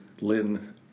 Lynn